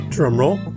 Drumroll